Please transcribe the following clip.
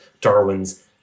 Darwin's